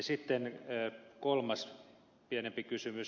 sitten kolmas pienempi kysymys